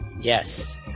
yes